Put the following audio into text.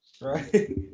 right